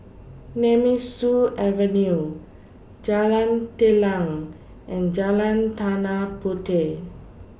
Nemesu Avenue Jalan Telang and Jalan Tanah Puteh